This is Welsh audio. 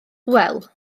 wel